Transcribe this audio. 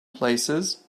places